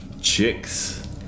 Chicks